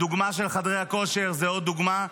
הדוגמה של חדרי הכושר זאת עוד דוגמה.